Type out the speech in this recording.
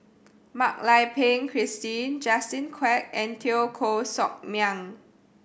Mak Lai Peng Christine Justin Quek and Teo Koh Sock Miang